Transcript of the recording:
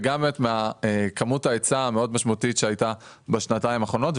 וגם מכמות ההיצע המאוד משמעותית שהייתה בשנתיים האחרונות,